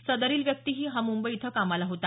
सदरील व्यक्ती हा मुंबई येथे कामाला होता